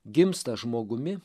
gimsta žmogumi